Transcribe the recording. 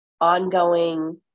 ongoing